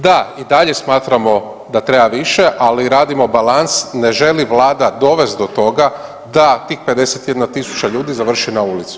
Da, i dalje smatramo da treba više, ali radimo balans, ne želi vlada dovesti do toga da tih 51.000 ljudi završi na ulici.